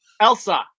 Elsa